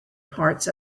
parts